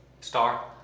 star